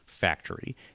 factory